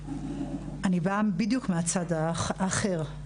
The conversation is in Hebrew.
אני באה בדיוק מהצד האחר,